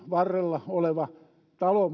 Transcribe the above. varrella oleva talo